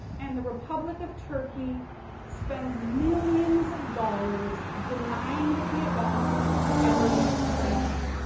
and, the republic of turkey spends millions of dollars denying that the events ever took place.